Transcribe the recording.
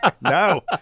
No